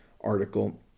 article